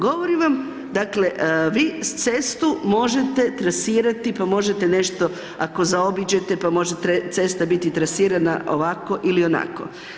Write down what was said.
Govorim vam, dakle, vi cestu može tresirati, pa možete nešto ako zaobiđete, pa može cesta biti tresirana ovako ili onako.